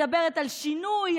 על שינוי,